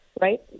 Right